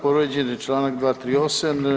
Povrijeđen je članak 238.